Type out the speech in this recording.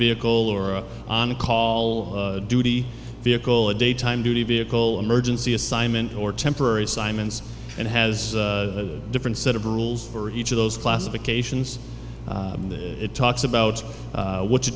vehicle or on call duty vehicle a daytime duty vehicle emergency assignment or temporary assignments and has a different set of rules for each of those classifications it talks about what to